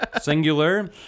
singular